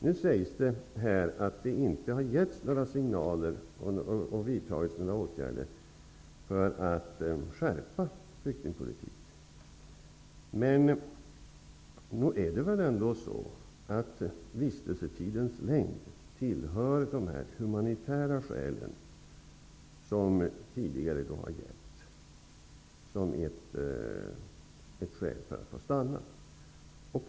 Nu sägs det här att det inte har givits några signaler eller vidtagits några åtgärder för att skärpa flyktingpolitiken. Men nog är det väl ändå så att vistelsetidens längd tillhör de humanitära skäl som tidigare har gällt som skäl för att få stanna.